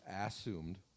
assumed